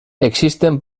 existen